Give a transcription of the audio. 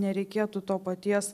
nereikėtų to paties